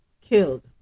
killed